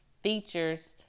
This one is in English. features